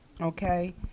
okay